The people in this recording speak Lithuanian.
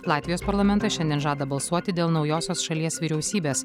latvijos parlamentas šiandien žada balsuoti dėl naujosios šalies vyriausybės